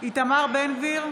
איתמר בן גביר,